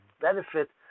benefit